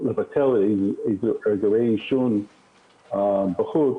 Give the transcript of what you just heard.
לבטל אזורי עישון בחוץ.